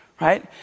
right